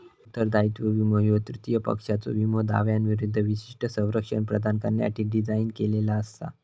उत्तरदायित्व विमो ह्यो तृतीय पक्षाच्यो विमो दाव्यांविरूद्ध विशिष्ट संरक्षण प्रदान करण्यासाठी डिझाइन केलेला असा